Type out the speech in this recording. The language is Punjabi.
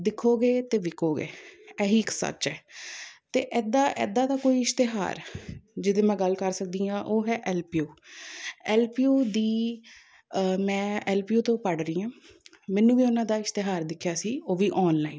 ਦਿਖੋਗੇ ਤਾਂ ਵਿਕੋਗੇ ਇਹ ਹੀ ਇੱਕ ਸੱਚ ਹੈ ਅਤੇ ਇੱਦਾਂ ਇੱਦਾਂ ਦਾ ਕੋਈ ਇਸ਼ਤਿਹਾਰ ਜਿਹਦੀ ਮੈਂ ਗੱਲ ਕਰ ਸਕਦੀ ਹਾਂ ਉਹ ਹੈ L P U L P U ਦੀ ਮੈਂ ਐੱਲ ਪੀ ਯੂ ਤੋਂ ਪੜ੍ਹ ਰਹੀ ਹਾਂ ਮੈਨੂੰ ਵੀ ਉਹਨਾਂ ਦਾ ਇਸ਼ਤਿਹਾਰ ਦਿਖਿਆ ਸੀ ਉਹ ਵੀ ਔਨਲਾਈਨ